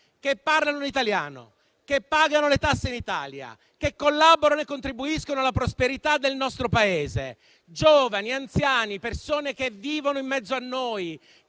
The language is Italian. parlano italiano, pagano le tasse in Italia, collaborano e contribuiscono alla prosperità del nostro Paese: giovani, anziani, persone che vivono in mezzo a noi,